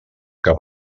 que